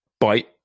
bite